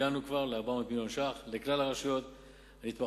הגענו כבר ל-400 מיליון שקלים לכלל הרשויות הנתמכות,